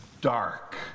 Dark